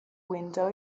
window